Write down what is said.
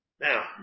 Now